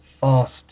fast